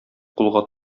кулга